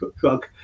drug